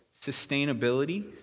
sustainability